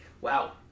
Wow